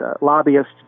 lobbyists